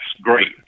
great